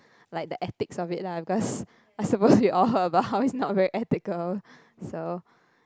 like the ethics of it lah because I supposed we all heard about it's not very ethical so